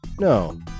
no